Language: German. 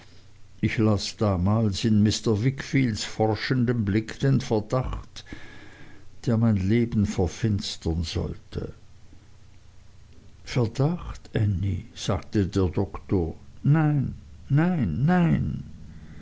ich las damals in mr wickfields forschendem blick den verdacht der mein leben verfinstern sollte verdacht ännie sagte der doktor nein nein nein